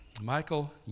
Michael